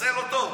לחסל אותו?